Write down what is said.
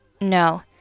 No